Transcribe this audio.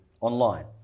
online